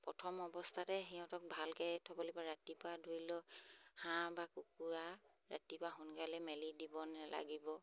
প্ৰথম অৱস্থাতে সিহঁতক ভালকৈ থ'ব লাগিব ৰাতিপুৱা ধৰি লওক হাঁহ বা কুকুৰা ৰাতিপুৱা সোনকালে মেলি দিব নালাগিব